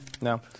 No